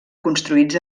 construïts